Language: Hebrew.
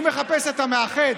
הוא מחפש את המאחד,